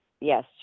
yes